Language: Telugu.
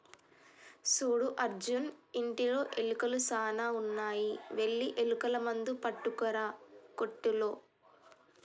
సూడు అర్జున్ ఇంటిలో ఎలుకలు సాన ఉన్నాయి వెళ్లి ఎలుకల మందు పట్టుకురా కోట్టులో